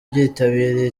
byitabiriye